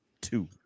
Two